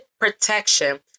protection